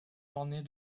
ornés